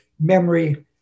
memory